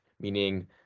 meaning